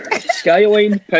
Skyline